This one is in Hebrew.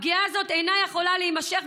הפגיעה הזאת אינה יכולה להימשך,